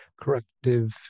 corrective